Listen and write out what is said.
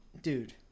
dude